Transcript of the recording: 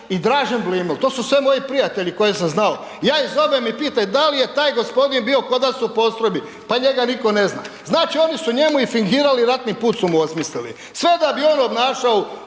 i Dražen Bliml, to su sve moji prijatelji koje sam znao. Ja ih zovem i pitam da li je taj gospodin bio kod vas u postrojbi. Pa njega nitko ne zna. Znači oni su njemu i fingirali ratni put su mu osmislili. Sve da bi on obnašao